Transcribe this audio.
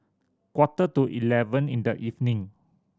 quarter to eleven in the evening